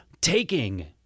taking